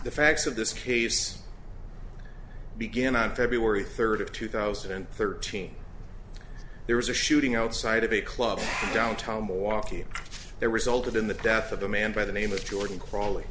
the facts of this case begin on february third of two thousand and thirteen there was a shooting outside of a club downtown milwaukee there resulted in the death of the man by the name of jordan crawl